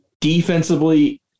Defensively